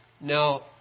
Now